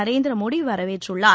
நரேந்திர மோடி வரவேற்றுள்ளார்